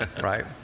right